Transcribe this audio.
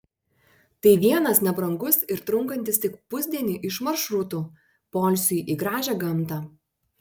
tai vienas nebrangus ir trunkantis tik pusdienį iš maršrutų poilsiui į gražią gamtą